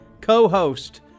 co-host